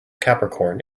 capricorn